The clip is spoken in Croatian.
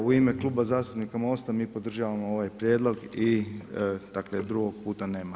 U ime Kluba zastupnika MOST-a mi podržavamo ovaj prijedlog i drugog puta nema.